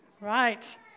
Right